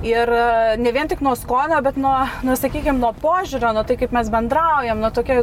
ir ne vien tik nuo skonio bet nuo nu sakykim nuo požiūrio nuo tai kaip mes bendraujam na tokioj